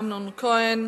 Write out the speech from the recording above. אמנון כהן.